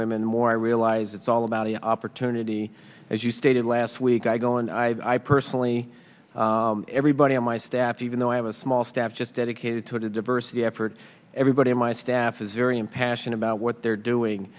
the more i realize it's all about the opportunity as you stated last week i go and i personally everybody on my staff even though i have a small staff just dedicated to a diversity effort everybody in my staff is very impassioned about what they're doing